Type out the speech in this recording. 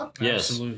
Yes